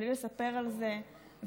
בלי לספר על זה ובלי,